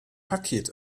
paket